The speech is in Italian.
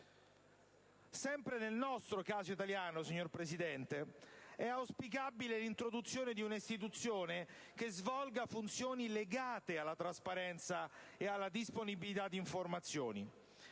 Sempre nel nostro caso italiano, signor Presidente, è auspicabile l'introduzione di un'istituzione che svolga funzioni legate alla trasparenza e alla disponibilità di informazioni.